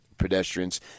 pedestrians